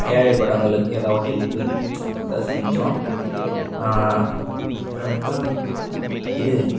ஏழைப்பட்டவுங்களுக்கு ஏதா ஒரு ஹெல்ப்பு ஏதா செஞ்சோம் அப்புறமேட்டா இது